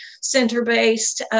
center-based